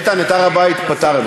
איתן, את הר-הבית פתרנו.